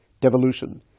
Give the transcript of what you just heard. devolution